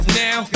now